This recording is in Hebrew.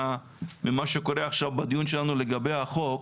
ממה שקורה עכשיו בדיון שלנו לגבי החוק,